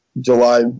july